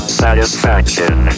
satisfaction